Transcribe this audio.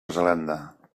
zelanda